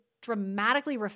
dramatically